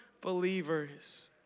believers